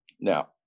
Now